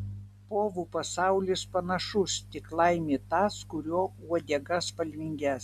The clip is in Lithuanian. povų pasaulis panašus tik laimi tas kurio uodega spalvingesnė